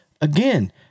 Again